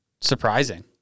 surprising